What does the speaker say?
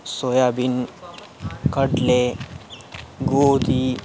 soybean ಕಡಲೆ ಗೋಧಿ